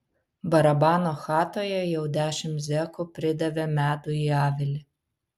barabano chatoje jau dešimt zekų pridavė medų į avilį